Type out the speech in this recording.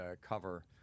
cover